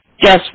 guess